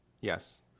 Yes